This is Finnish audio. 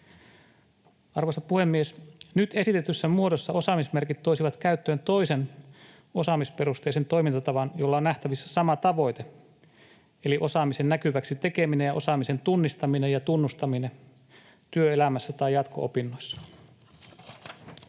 Arvoisa puhemies! Nyt esitetyssä muodossa osaamismerkit toisivat käyttöön toisen osaamisperusteisen toimintatavan, jolla on nähtävissä sama tavoite eli osaamisen näkyväksi tekeminen ja osaamisen tunnistaminen ja tunnustaminen työelämässä tai jatko-opinnoissa.